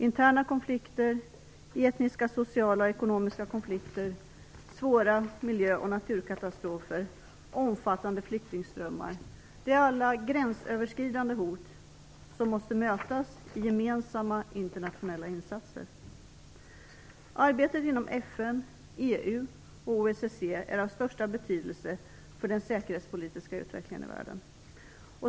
Interna konflikter, etniska, sociala och ekonomiska konflikter, svåra miljö och naturkatastrofer, omfattande flyktingströmmar är alla gränsöverskridande hot som måste mötas med gemensamma internationella insatser. Arbetet inom FN, EU och OSSE är av största betydelse för den säkerhetspolitiska utvecklingen i världen.